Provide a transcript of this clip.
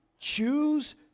Choose